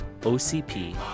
OCP